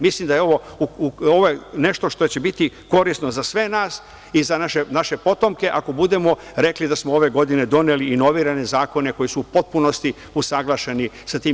Mislim da je ovo nešto što će biti korisno za sve nas, i za naše potomke, ako budemo rekli da smo ove godine inovirane zakone koji su u potpunosti usaglašeni sa tim.